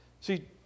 See